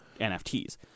nfts